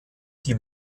die